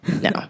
No